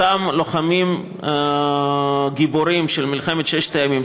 אותם לוחמים גיבורים של מלחמת ששת הימים,